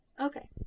Okay